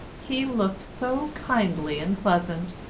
he looked so kindly and pleasant.